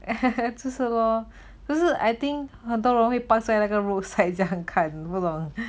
是咯可是 I think 很多人会所以那个 roadside 这很看不懂